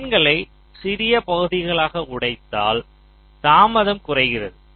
லைன்களை சிறிய பகுதிகளாக உடைத்தால் தாமதம் குறைகிறது